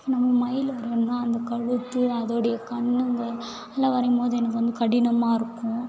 நம்ம மயில் வரையணுன்னா அந்த கழுத்து அதோடைய கண்ணுங்க அதெலாம் வரையும்போது எனக்கு வந்து கடினமாக இருக்கும்